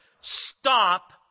Stop